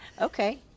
Okay